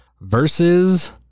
versus